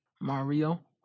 Mario